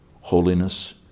holiness